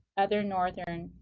other northern,